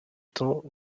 temps